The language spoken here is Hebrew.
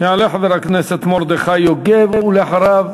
יעלה חבר הכנסת מרדכי יוגב, ואחריו